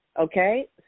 Okay